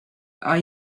are